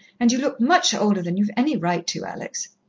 and you look much older than you've any right to, alex.